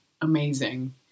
amazing